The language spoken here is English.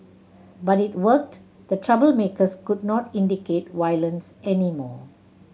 but it worked the troublemakers could not incite violence anymore